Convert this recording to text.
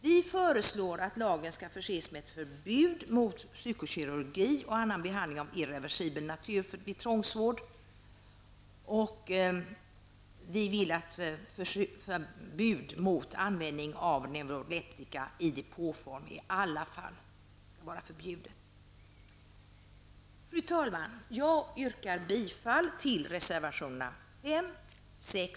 Vi föreslår att lagen förses med ett förbud mot psykokirurgi och annan behandling av irreversibel natur vid tvångsvård, och vi vill ha förbud mot användning av neuroleptika i depåform i alla fall. Fru talman! Jag yrkar bifall till reservationerna 5, 6